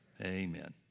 Amen